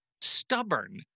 stubborn